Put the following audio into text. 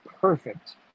perfect